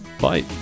Bye